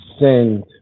send